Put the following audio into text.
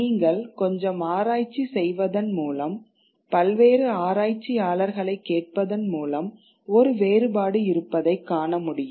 நீங்கள் கொஞ்சம் ஆராய்ச்சி செய்வதன் மூலம் பல்வேறு ஆராய்ச்சியாளர்களைக் கேட்பதன் மூலம் ஒரு வேறுபாடு இருப்பதைக் காணமுடியும்